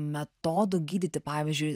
metodų gydyti pavyzdžiui